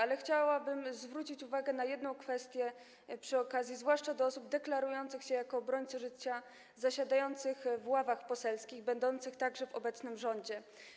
Jednak chciałabym zwrócić uwagę na jedną sprawę przy okazji, zwłaszcza osobom deklarującym się jako obrońcy życia, zasiadającym w ławach poselskich, będącym także w obecnym rządzie.